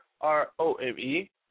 R-O-M-E